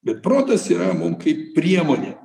bet protas yra mum kaip priemonė